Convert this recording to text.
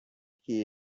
que